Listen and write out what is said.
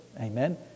Amen